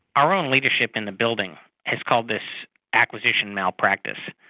our own leadership in the building has called this acquisition malpractice.